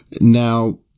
Now